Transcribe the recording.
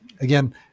again